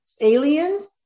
aliens